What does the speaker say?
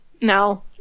No